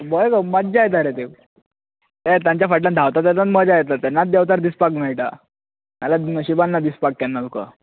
बरें मज्जा येता रे ती हय तांचे फाटल्यान धांवता तेन्नाच मज्जा येता तेन्नाच देंवचार दिसपाक मेळटा ना जाल्यार नशिबांत ना दिसपाक केन्ना तुका